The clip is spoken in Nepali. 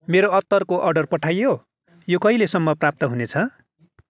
मेरो अत्तरको अर्डर पठाइयो यो कहिलेसम्म प्राप्त हुनेछ